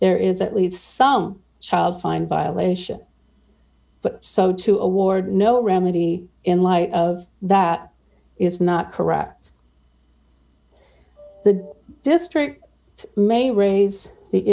there is at least some child fine violation but so to award no remedy in light of that is not correct the district may raise the